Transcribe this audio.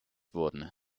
wurden